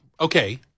Okay